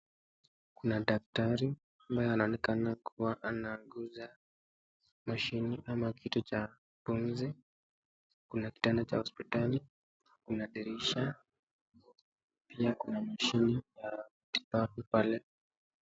Kuna daktari ambaye anaandika na kuwa anaguza mashini ama kitu cha pumzi, kuna kitanda cha hospitali, kuna dirisha pia kuna mashini ya kipafu pale ...